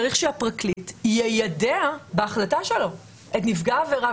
צריך שהפרקליט יידע בהחלטה שלו את נפגע העבירה,